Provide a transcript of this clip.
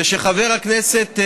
וכשחבר הכנסת,